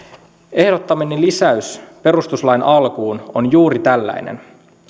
ehdottamani lisäys perustuslain alkuun on juuri tällainen